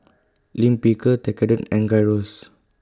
Lime Pickle Tekkadon and Gyros